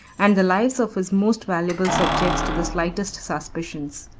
and the lives of his most valuable subjects to the slightest suspicions.